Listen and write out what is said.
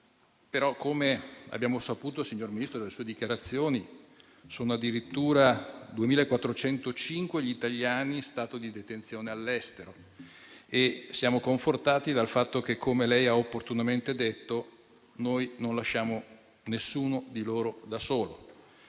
come abbiamo saputo dalle dichiarazioni del signor Ministro, sono addirittura 2.405 gli italiani in stato di detenzione all'estero e siamo confortati dal fatto che, come lei ha opportunamente detto, noi non lasciamo nessuno da solo,